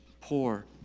poor